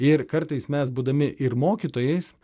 ir kartais mes būdami ir mokytojais